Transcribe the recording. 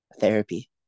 therapy